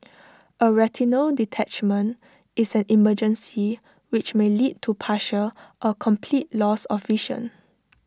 A retinal detachment is an emergency which may lead to partial or complete loss of vision